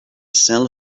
sell